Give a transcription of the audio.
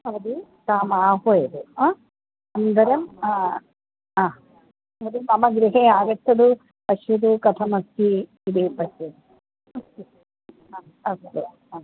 भवती तामाह्वयतु आम् अनन्तरं हा मम गृहम् आगच्छतु पश्यतु कथमस्ति इति पश्यतु अस्तु हा अस्तु ह